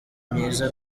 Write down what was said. myiza